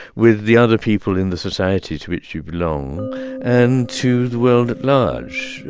with the other people in the society to which you belong and to the world at large.